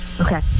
okay